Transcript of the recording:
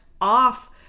off